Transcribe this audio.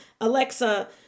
Alexa